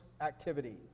activity